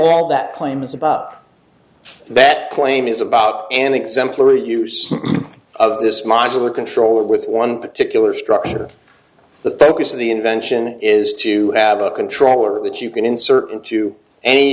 recall that claim is about that claim is about an exemplary use of this modular controller with one particular structure the focus of the invention is to have a controller which you can insert into any